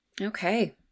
Okay